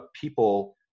people